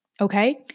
Okay